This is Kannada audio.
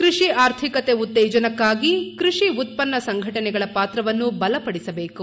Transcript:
ಕೃಷಿ ಆರ್ಥಿಕತೆ ಉತ್ತೇಜನಕ್ಕಾಗಿ ಕೃಷಿ ಉತ್ಪನ್ನ ಸಂಘಟನೆಗಳ ಪಾತ್ರವನ್ನು ಬಲಪದಿಸಬೇಕು